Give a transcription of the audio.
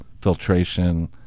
filtration